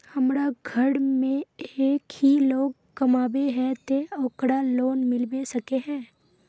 हमरा घर में एक ही लोग कमाबै है ते ओकरा लोन मिलबे सके है?